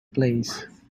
place